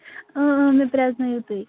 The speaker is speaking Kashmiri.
مےٚ پرٛزنٲوِو تُہۍ